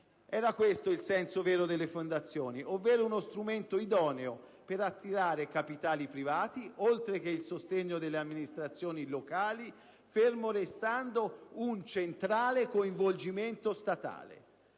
Era questo il senso vero delle fondazioni ovvero uno strumento idoneo per attirare capitali privati oltre che il sostegno delle amministrazioni locali, fermo restando un centrale coinvolgimento statale.